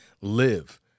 live